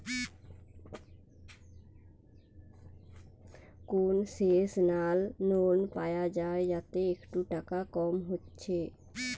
concessional loan পায়া যায় যাতে একটু টাকা কম হচ্ছে